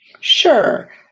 Sure